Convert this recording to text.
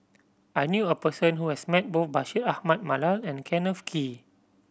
I knew a person who has met both Bashir Ahmad Mallal and Kenneth Kee